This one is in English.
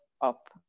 up